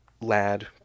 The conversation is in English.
lad